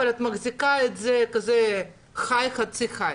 אבל את מחזיקה את זה כזה חצי חי.